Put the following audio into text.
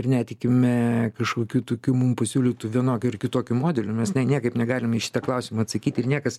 ir netikime kažkokiu tokiu mum pasiūlytu vienokiu ar kitokiu modeliu mes ne niekaip negalim į šitą klausimą atsakyti ir niekas